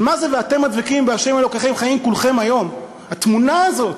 של מה זה "ואתם הדבקים בה' אלוקיכם חיים כֻלכם היום" התמונה הזאת